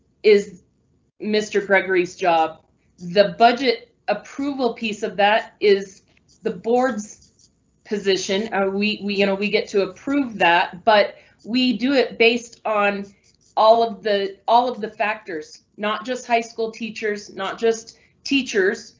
is mr. gregory's job the budget approval piece of that is the board's position? are we we? you know, we get to approve that, but we do it based on all of the all of the factors, not just high school teachers. not just teachers,